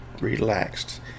relaxed